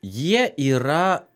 jie yra